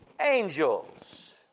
angels